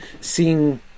seeing